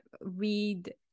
read